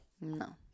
No